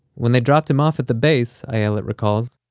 when they dropped him off at the base, ayelet recalls,